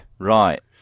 Right